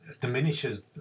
diminishes